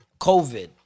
COVID